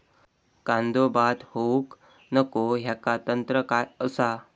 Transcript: कांदो बाद होऊक नको ह्याका तंत्र काय असा?